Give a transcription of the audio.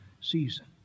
season